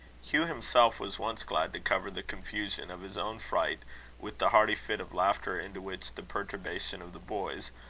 hugh himself was once glad to cover the confusion of his own fright with the hearty fit of laughter into which the perturbation of the boys,